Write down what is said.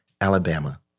Alabama